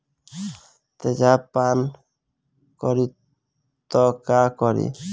तेजाब पान करी त का करी?